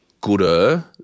gooder